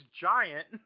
giant